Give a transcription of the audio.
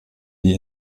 die